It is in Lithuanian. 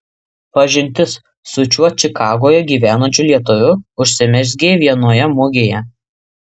pažintis su šiuo čikagoje gyvenančiu lietuviu užsimezgė vienoje mugėje